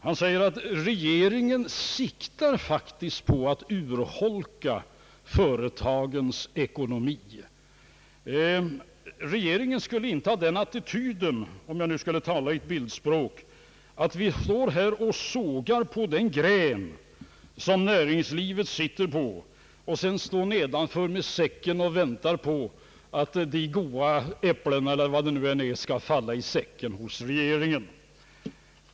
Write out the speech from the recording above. Han säger att regeringen faktiskt siktar på att urholka företagens ekonomi. Regeringen skulle inta den attityden, om jag nu skulle tala i bildspråk, att vi står här och sågar på den gren, som näringslivet sitter på, och sedan står nedanför med säcken och väntar på att de goda äpplena eller vad det nu än är skall falla i säcken hos regeringen.